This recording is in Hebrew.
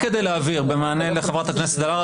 במענה לחברת הכנסת אלהרר,